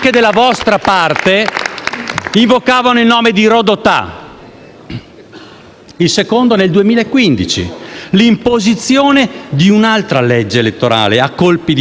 È il vostro marchio di fabbrica. L'avete concepito ad arte solo per una Camera, generando il *caos*: voi siete pericolosi!